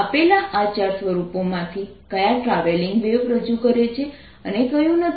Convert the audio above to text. આપેલ આ ચાર સ્વરૂપોમાંથી કયા ટ્રાવેલિંગ વેવ રજૂ કરે છે અને કયું નથી